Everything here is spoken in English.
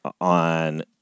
on